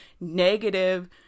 negative